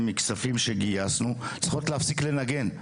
מכספים שגייסנו צריכות להפסיק לנגן,